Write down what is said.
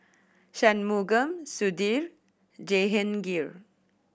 Shunmugam Sudhir Jehangirr